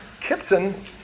Kitson